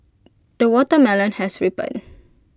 the watermelon has ripened